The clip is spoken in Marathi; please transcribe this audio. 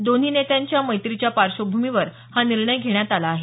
दोन्ही नेत्यांच्या मैत्रीच्या पार्श्वभूमीवर हा निर्णय घेण्यात आला आहे